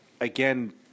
again